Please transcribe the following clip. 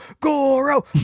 Goro